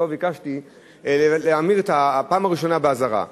שבו ביקשתי להעמיד את הפעם הראשונה באזהרה.